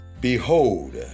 Behold